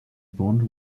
bond